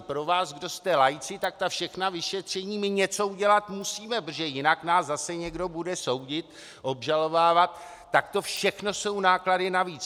Pro vás, kdo jste laici, tak ta všechna vyšetření, my něco udělat musíme, protože jinak nás zase někdo bude soudit, obžalovávat, tak to všechno jsou náklady navíc.